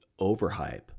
overhype